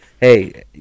hey